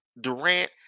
Durant